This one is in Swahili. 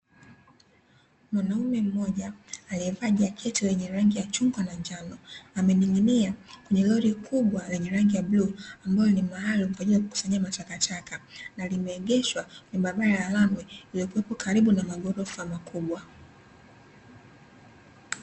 Mwanaume mmoja aliyevaa jaketi lenye rangi ya chungwa na njano, amening'inia kwenye lori kubwa lenye rangi ya bluu ambalo ni maalumu kwa ajili yakukusanyia matakataka, na limeegeshwa kwenye barabara ya lami iliyokuwepo karibu na magorofa makubwa.